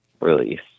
release